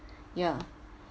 ya